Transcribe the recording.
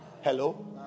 hello